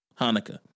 Hanukkah